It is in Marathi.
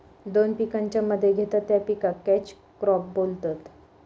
दोन पिकांच्या मध्ये घेतत त्या पिकाक कॅच क्रॉप बोलतत